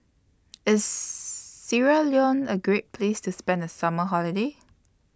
IS Sierra Leone A Great Place to spend The Summer Holiday